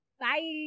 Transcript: Bye